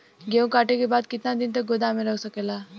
गेहूँ कांटे के बाद कितना दिन तक गोदाम में रह सकेला?